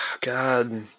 God